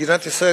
למדינת ישראל,